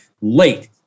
late